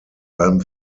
allem